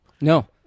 No